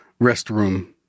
Restroom